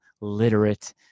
literate